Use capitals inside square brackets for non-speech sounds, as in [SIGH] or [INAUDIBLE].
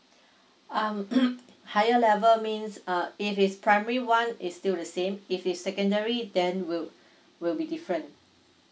um [NOISE] higher level means uh if it's primary one it's still the same if it's secondary then will will be different